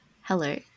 hello